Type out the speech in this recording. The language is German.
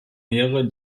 mehrere